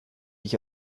dich